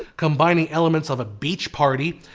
combining elements of beach party,